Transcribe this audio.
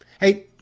Hey